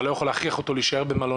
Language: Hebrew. אתה לא יכול להכריח אותו להישאר במלונית.